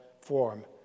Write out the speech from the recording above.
form